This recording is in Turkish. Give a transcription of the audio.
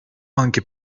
andaki